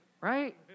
Right